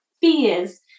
fears